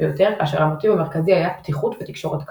ויותר כאשר המוטיב המרכזי היה "פתיחות ותקשורת קלה".